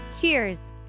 Cheers